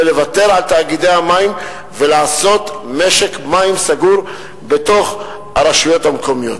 לוותר על תאגידי המים ולעשות משק מים סגור בתוך הרשויות המקומיות.